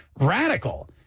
radical